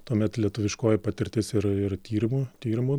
tuomet lietuviškoji patirtis ir ir tyrimų tyrimų